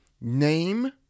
name